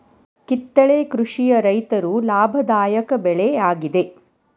ಕಿತ್ತಳೆ ಕೃಷಿಯ ರೈತರು ಲಾಭದಾಯಕ ಬೆಳೆ ಯಾಗಿದೆ